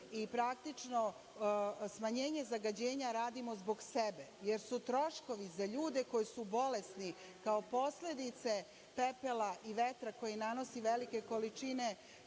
i praktično smanjenje zagađenja radimo zbog sebe, jer su troškovi za ljude koji su bolesni, kao posledice pepela i vetra koji nanosi velike količine